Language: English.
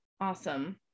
Awesome